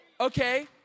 Okay